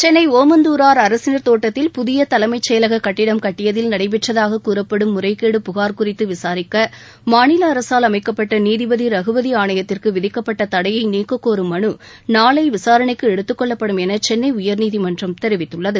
சென்னை ஒமந்துராா் அரசினா் தோட்டத்தில் புதிய தலைமைச் செயலகக் கட்டிடம் கட்டியதில் நடைபெற்றதாக கூறப்படும் முறைகேடு புகார் குறித்து விசாரிக்க மாநில அரசால் அமைக்கப்பட்ட நீதிபதி ரகுபதி ஆணையத்திற்கு விதிக்கப்பட்ட தடையை நீக்கக்கோரும் மனு நாளை விசாரணைக்கு எடுத்துக் கொள்ளப்படும் என சென்னை உயர்நீதிமன்றம் தெரிவித்துள்ளது